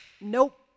nope